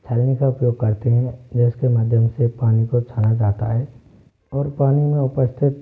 छलनी का उपयोग करते हैं जिसके माध्यम से पानी को छाना जाता है और पानी में उपस्थित